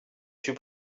suis